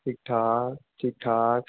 ठीक ठाक ठीक ठाक